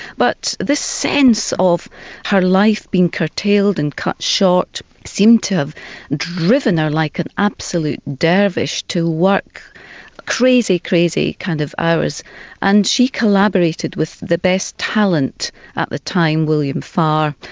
but this sense of her life being curtailed and cut short, seemed to have driven her like an absolute dervish to work crazy, crazy kind of hours and she collaborated with the best talent at the time, william farr,